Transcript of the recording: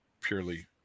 purely